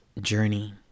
journey